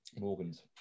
Morgan's